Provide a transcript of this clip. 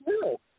No